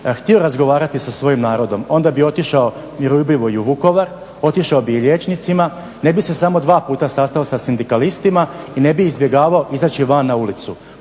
htio razgovarati sa svojim narodom onda bi otišao miroljubivo i u Vukovar, otišao bi i liječnicima, ne bi se samo dva puta sastao sa sindikalistima i ne bi izbjegavao izaći van na ulicu.